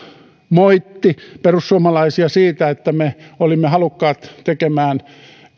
moitti perussuomalaisia siitä että me olimme halukkaat tekemään